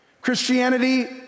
Christianity